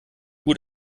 gut